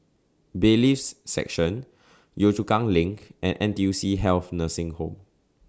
Bailiffs' Section Yio Chu Kang LINK and N T U C Health Nursing Home